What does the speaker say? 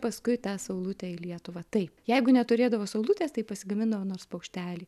paskui tą saulutę į lietuvą taip jeigu neturėdavo saulutės tai pasigamindavo nors paukštelį